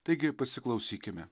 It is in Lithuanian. taigi pasiklausykime